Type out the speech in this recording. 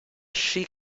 she